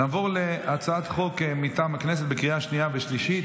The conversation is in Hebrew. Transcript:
נעבור להצעת חוק מטעם הכנסת לקריאה שנייה ושלישית,